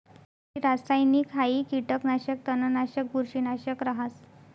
कृषि रासायनिकहाई कीटकनाशक, तणनाशक, बुरशीनाशक रहास